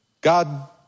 God